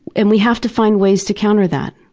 and we have to find ways to counter that.